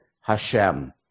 Hashem